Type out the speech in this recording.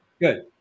Good